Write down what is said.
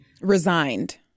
Resigned